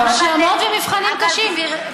השלמות ומבחנים קשים.